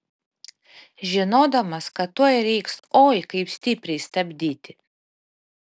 žinodamas kad tuoj reiks oi kaip stipriai stabdyti